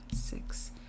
six